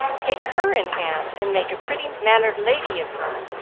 take her in hand, and make a pretty-mannered lady of her.